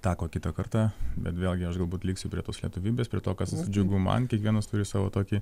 tako kitą kartą bet vėlgi aš galbūt liksiu prie tos lietuvybės prie to kas džiugu man kiekvienas turi savo tokį